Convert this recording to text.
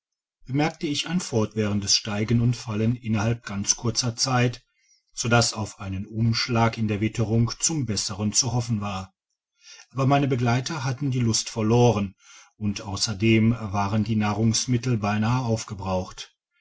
bemerkte ich ein fortwährendes steigen und fallen innerhalb ganz kurzer zeit sodass auf einen umschlag io der witterung zum besseren zu hoffen war aber meine begleiter hatten die lust verloren un d usserdem waren die nahrungsmittel beinahe aufgebraucht